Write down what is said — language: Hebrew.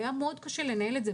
והיה מאוד קשה לנהל את זה.